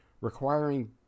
Requiring